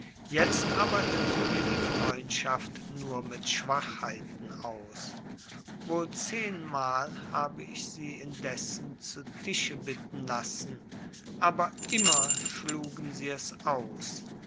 jetzt aber hilft mir die freundschaft nur mit schwachheiten aus wohl zehenmal habe ich sie indessen zu tische bitten lassen aber immer schlugen sie es aus